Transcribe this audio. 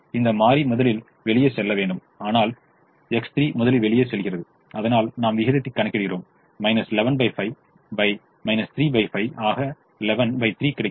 இந்த மாறி முதலில் வெளியே செல்ல வேண்டும் ஆனால் X3 முதலில் வெளியே செல்கிறது அதனால் நாம் விகிதத்தை கணக்கிடுகிறோம் 115 35 ஆக 113 கிடைக்கிறது